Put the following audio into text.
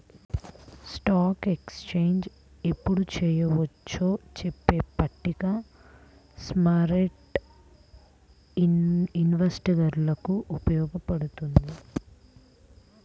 stock exchange ఎప్పుడు చెయ్యొచ్చో చెప్పే పట్టిక స్మార్కెట్టు ఇన్వెస్టర్లకి ఉపయోగపడుతుంది